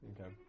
Okay